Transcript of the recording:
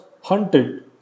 hunted